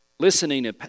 Listening